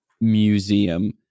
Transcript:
museum